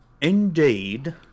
Indeed